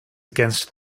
against